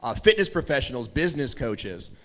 ah fitness professionals, business coaches,